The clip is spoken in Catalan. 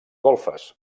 golfes